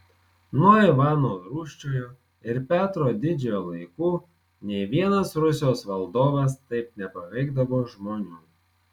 nuo ivano rūsčiojo ir petro didžiojo laikų nė vienas rusijos valdovas taip nepaveikdavo žmonių